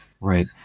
Right